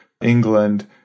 England